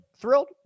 thrilled